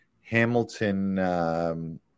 Hamilton